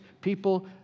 people